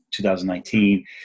2019